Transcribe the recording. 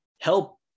help